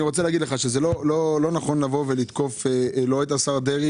אני רוצה להגיד לך שזה לא נכון לתקוף לא את השר דרעי